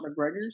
McGregor's